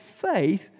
faith